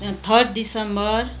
third December